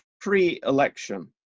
pre-election